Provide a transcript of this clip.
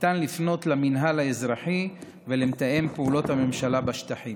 ניתן לפנות למינהל האזרחי ולמתאם פעולות הממשלה בשטחים.